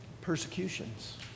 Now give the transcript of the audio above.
persecutions